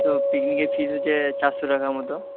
তো পিকনিকের ফিজ হচ্ছে চারশো টাকা মতো